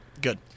good